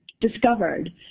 discovered